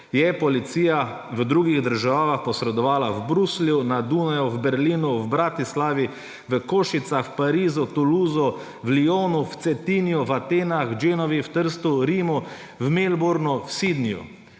letu policija v drugih državah posredovala v Bruslju, na Dunaju, v Berlinu, v Bratislavi, v Košicah, Parizu, Toulousu, v Lyonu, v Cetinju, v Atenah, Genovi, v Trstu, Rimu, v Melbournu, v Sydneyju.